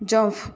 jump